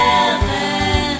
Heaven